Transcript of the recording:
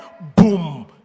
boom